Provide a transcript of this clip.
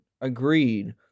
agreed